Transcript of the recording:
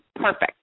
perfect